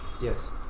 Yes